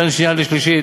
בין שנייה לשלישית,